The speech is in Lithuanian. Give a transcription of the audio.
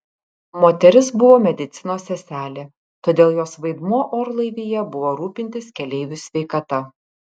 moteris buvo medicinos seselė todėl jos vaidmuo orlaivyje buvo rūpintis keleivių sveikata